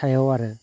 सायाव आरो